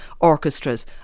orchestras